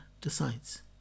decides